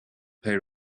pay